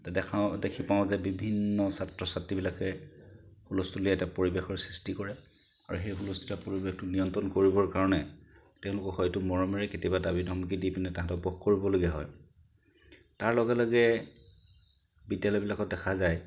তে দেখাওঁ দেখা পাওঁ যে বিভিন্ন ছাত্ৰ ছাত্ৰীবিলাকে হুলস্থুলীয়া এটা পৰিৱেশৰ সৃষ্টি কৰে আৰু সেই হুলস্থুলীয়া পৰিৱেশটো নিয়ন্ত্ৰণ কৰিবৰ কাৰণে তেওঁলোকক হয়তো মৰমেৰে কেতিয়াবা দাবি ধমকি দি পিনে তাহাঁতক বশ কৰিবলগীয়া হয় তাৰ লগে লগে বিদ্যায়লয়বিলাকত দেখা যায়